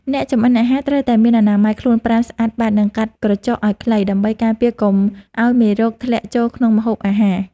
អ្នកចម្អិនអាហារត្រូវមានអនាម័យខ្លួនប្រាណស្អាតបាតនិងកាត់ក្រចកឱ្យខ្លី ដើម្បីការពារកុំឱ្យមេរោគធ្លាក់ចូលក្នុងម្ហូបអាហារ។